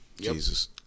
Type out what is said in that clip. Jesus